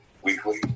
weekly